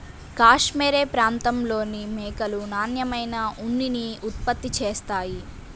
cashmere ప్రాంతంలోని మేకలు నాణ్యమైన ఉన్నిని ఉత్పత్తి చేస్తాయి